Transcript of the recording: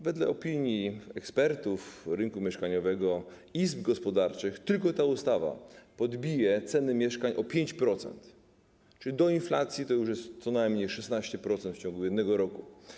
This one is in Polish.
Wedle opinii ekspertów rynku mieszkaniowego, izb gospodarczych tylko ta ustawa podbije ceny mieszkań o 5%, czyli po dodaniu do inflacji to już jest co najmniej 16% w ciągu jednego roku.